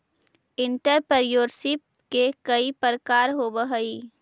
entrepreneurship के कई प्रकार होवऽ हई